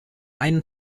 einen